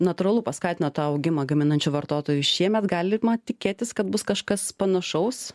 natūralu paskatino tą augimą gaminančių vartotojų šiemet galima tikėtis kad bus kažkas panašaus